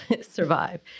survive